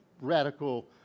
radical